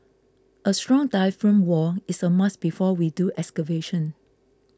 a strong diaphragm wall is a must before we do excavation